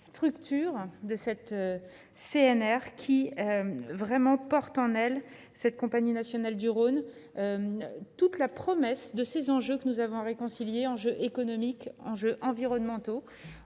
structure, de cette CNR qui vraiment porte en elle cette compagnie nationale du Rhône, toute la promesse de ces enjeux que nous avons réconcilier enjeux économiques enjeux environnementaux